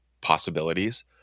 possibilities